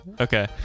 Okay